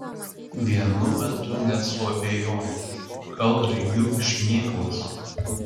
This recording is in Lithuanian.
vienu metu net suabejojau gal regiu šmėklas